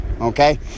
Okay